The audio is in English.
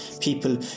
people